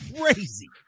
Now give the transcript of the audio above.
crazy